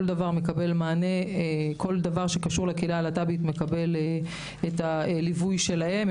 דבר שקשור לקהילה הלה"טבית מקבל את הליווי שלהם,